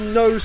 no